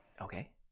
Okay